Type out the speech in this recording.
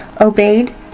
obeyed